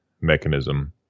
mechanism